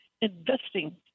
investing